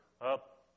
up